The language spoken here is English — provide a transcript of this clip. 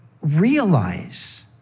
realize